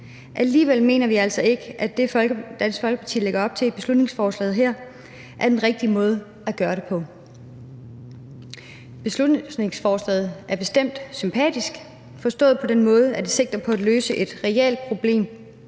Alligevel mener vi altså ikke, at det, Dansk Folkeparti lægger op til i beslutningsforslaget her, er den rigtige måde at gøre det på. Beslutningsforslaget er bestemt sympatisk, forstået på den måde, at det sigter på at løse et reelt problem,